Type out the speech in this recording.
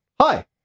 Hi